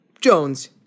Jones